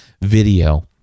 video